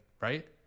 right